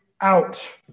out